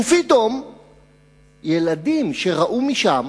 ופתאום ילדים שראו משם